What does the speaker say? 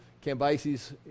Cambyses